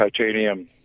titanium